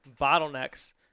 bottlenecks